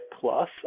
plus